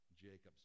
Jacob's